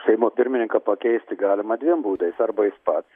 seimo pirmininką pakeisti galima dviem būdais arba jis pats